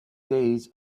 days